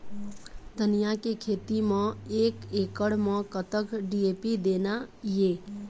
धनिया के खेती म एक एकड़ म कतक डी.ए.पी देना ये?